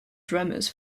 dramas